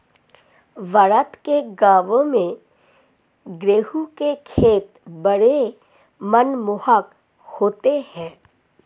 भारत के गांवों में गेहूं के खेत बड़े मनमोहक होते हैं